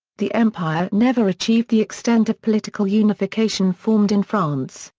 the empire never achieved the extent of political unification formed in france,